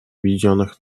объединенных